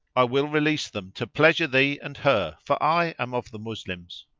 i will release them to pleasure thee and her for i am of the moslems.